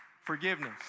Forgiveness